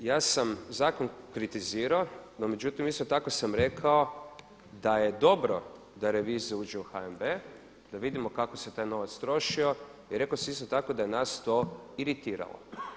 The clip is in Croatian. Poštovani kolega ja sam zakon kritizirao no međutim isto tako sam rekao da je dobro da Revizija uđe u HNB da vidimo kako se taj novac trošio i rekao sam isto tako da je nas to iritiralo.